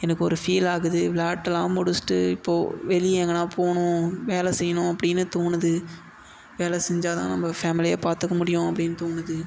எனக்கு ஒரு ஃபீல் ஆகுது விளாட்டெல்லாம் முடிச்சுட்டு இப்போது வெளியே எங்கேனா போகணும் வேலை செய்யணும் அப்படின்னு தோணுது வேலை செஞ்சால் தான் நம்ம ஃபேமலியை பார்த்துக்க முடியும் அப்படின்னு தோணுது